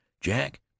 Jack